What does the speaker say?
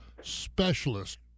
specialist